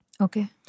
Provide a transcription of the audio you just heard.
okay